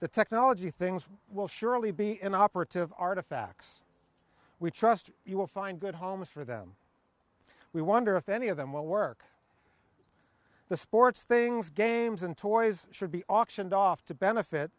the technology things will surely be inoperative artifacts we trust you will find good homes for them we wonder if any of them will work the sports things games and toys should be auctioned off to benefit